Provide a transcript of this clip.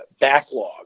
backlog